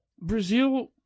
Brazil